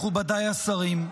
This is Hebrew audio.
מכובדיי השרים,